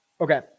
Okay